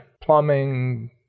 plumbing